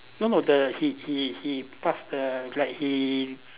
no the he he he pass the like he